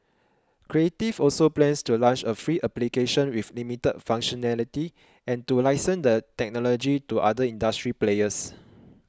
creative also plans to launch a free application with limited functionality and to license the technology to other industry players